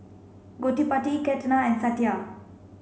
Gottipati Ketna and Satya